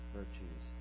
virtues